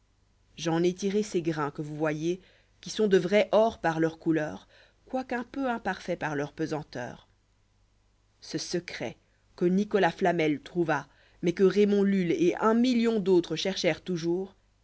j'en ai tiré ces grains que vous voyez qui sont de vrai or par leur couleur quoiqu'un peu imparfaits par leur pesanteur ce secret que nicolas flamel trouva mais que raymond lulle et un million d'autres cherchèrent toujours